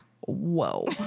whoa